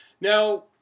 Now